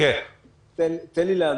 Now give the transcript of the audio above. תן לי לענות.